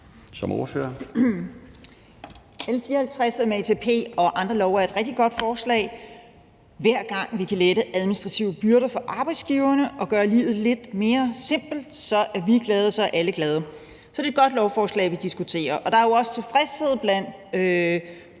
L 54 om ATP og andre love er et rigtig godt forslag. Hver gang vi kan lette administrative byrder for arbejdsgiverne og gøre livet lidt mere simpelt, så er vi glade; så er alle glade. Så det er et godt lovforslag, vi diskuterer, og der er jo også tilfredshed med